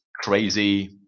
crazy